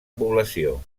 població